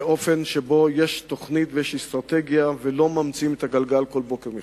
באופן שיש בו תוכנית ויש אסטרטגיה ולא ממציאים את הגלגל כל בוקר מחדש.